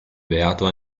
beato